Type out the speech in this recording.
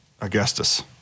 Augustus